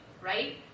right